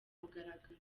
mugaragaro